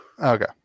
Okay